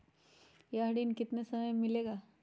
यह ऋण कितने समय मे मिलेगा?